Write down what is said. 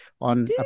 on